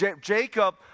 Jacob